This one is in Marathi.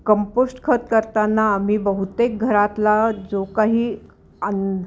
कंपोस्ट खत करताना आम्ही बहुतेक घरातला जो काही अन